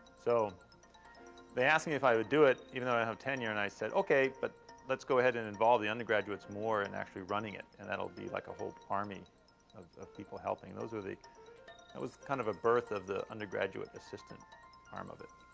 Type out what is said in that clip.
so they ask me if i would do it even though i have tenure, and i said, okay, but let's go ahead and involve the undergraduates more in actually running it, and that will be like a whole army of people helping. those are the that was kind of a birth of the undergraduate assistant arm of it.